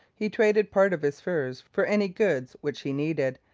he traded part of his furs for any goods which he needed,